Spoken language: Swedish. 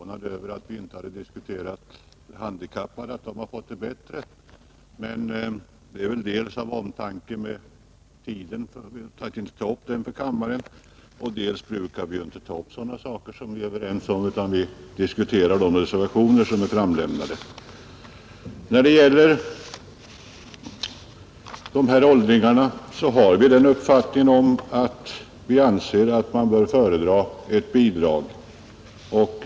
Herr talman! Herr Carlstein var en aning förvånad över att vi inte hade berört den frågan att de handikappade hade fått det bättre. Men det beror dels på omtanke om kammarens tid, dels på att man här inte brukar ta upp sådana saker som det råder enighet om utan främst diskuterar de reservationer som är avlämnade. När det gäller åldringarna har vi den uppfattningen att ett bidrag är att föredra.